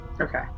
Okay